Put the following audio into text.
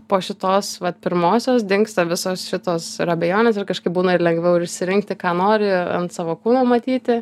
po šitos vat pirmosios dingsta visos šitos ir abejonės ir kažkaip būna ir lengviau ir išsirinkti ką nori ant savo kūno matyti